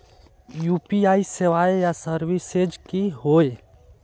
UPI सेवाएँ या services की होय?